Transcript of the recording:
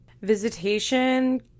visitation